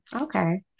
Okay